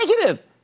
negative